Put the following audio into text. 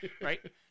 Right